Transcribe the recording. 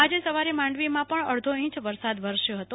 આજે સવારે માંડવીમાં પણ અડધો ઇંચ વરસાદ વરસ્યો હતો